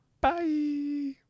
Bye